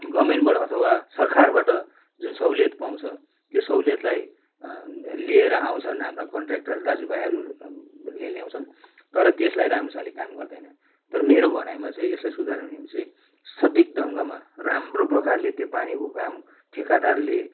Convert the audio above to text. गभर्मेन्टबाट अथवा सरकारबट जुन सहुलियत पाउँछ त्यो सहुलियतलाई लिएर आउँछन् हाम्रा कन्ट्र्याक्टर दाजु भाइहरूले ल्याउँछन् तर त्यसलाई राम्रोसँगले काम गर्दैन तर मेरो भनाइमा चाहिँ यसलाई सुधार्नुको निम्ति चाहिँ सठिक ढङ्गमा राम्रो प्रकारले त्यो पानीको काम ठेकेदारले